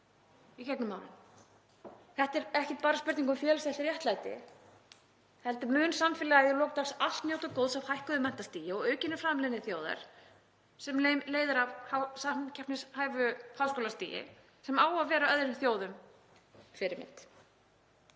í gegnum árin. Þetta er ekki bara spurning um félagslegt réttlæti heldur mun samfélagið í lok dags allt njóta góðs af hækkuðu menntastigi og aukinni framleiðni þjóðar sem leiðir af samkeppnishæfu háskólastigi sem á að vera öðrum þjóðum fyrirmynd.